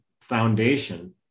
foundation